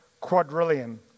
quadrillion